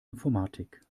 informatik